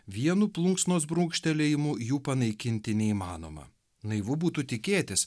vienu plunksnos brūkštelėjimu jų panaikinti neįmanoma naivu būtų tikėtis